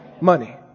Money